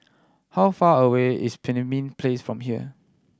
how far away is Pemimpin Place from here